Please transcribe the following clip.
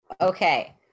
Okay